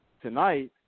tonight